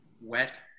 wet